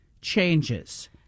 changes